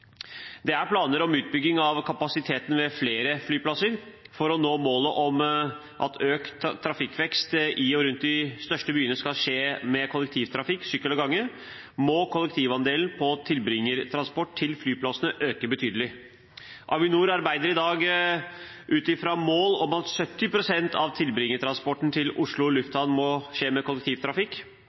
Det er planer om utbygging av kapasiteten ved flere flyplasser. For å nå målet om at økt trafikkvekst i og rundt de største byene skal skje med kollektivtrafikk, sykkel og gange, må kollektivandelen på tilbringertransport til flyplassene øke betydelig. Avinor arbeider i dag ut fra mål om at 70 pst. av tilbringertransporten til Oslo Lufthavn må skje med kollektivtrafikk.